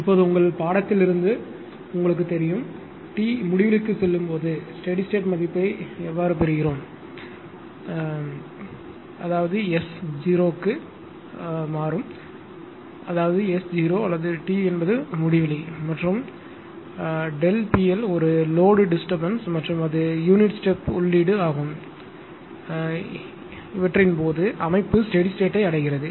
இப்போது உங்கள் பாடத்திலிருந்து உங்களுக்குத் தெரியும் t முடிவிலிக்குச் செல்லும் போது ஸ்டெடி ஸ்டேட் மதிப்பைப் பெறுகிறோம் அதாவது s 0 க்கு முனைகிறது அதாவது s 0 அல்லது t ஆனது முடிவிலி மற்றும் ΔP L ஒரு லோடு டிஸ்டர்பன்ஸ் மற்றும் அது யூனிட் ஸ்டெப் உள்ளீடு ஆகும் போது அமைப்பு ஸ்டெடி ஸ்டேட்யை அடைகிறது